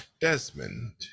Desmond